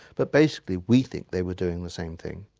but basically we think they were doing the same thing.